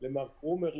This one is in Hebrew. למר פרומר,